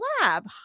lab